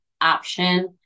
option